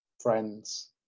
friends